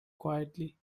quietly